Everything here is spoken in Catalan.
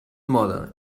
mode